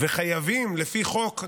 וחייבים לפי חוק,